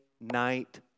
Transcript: night